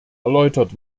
erläutert